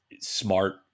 smart